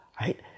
right